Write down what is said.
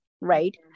right